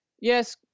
yes